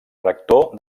rector